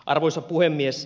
arvoisa puhemies